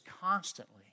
constantly